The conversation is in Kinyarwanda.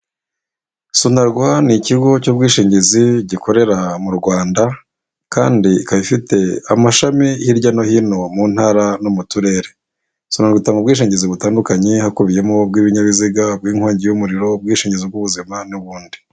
Sonarwa ni ikigo cy'ubwishingizi gikorera mu Rwanda, kandi ikaba ifite amashami hirya no hino mu ntara no mu Turere. Sonarwa itanga ubwishingizi butandukanye, hakubiyemo: ubw'ibinyabiziga, ubw'inkongi y'umuriro, ubwishingizi bw'ubuzima n'ubundi.